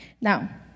Now